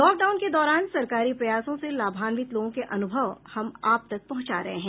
lockdown के दौरान सरकारी प्रयासों से लाभान्वित लोगों के अनुभव हम आप तक पहुंचा रहे हैं